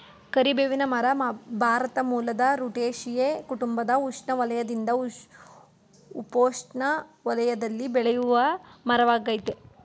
ಕರಿಬೇವಿನ ಮರ ಭಾರತ ಮೂಲದ ರುಟೇಸಿಯೇ ಕುಟುಂಬದ ಉಷ್ಣವಲಯದಿಂದ ಉಪೋಷ್ಣ ವಲಯದಲ್ಲಿ ಬೆಳೆಯುವಮರವಾಗಯ್ತೆ